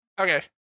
Okay